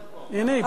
סליחה.